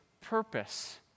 purpose